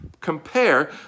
compare